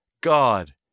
God